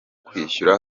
kwishyura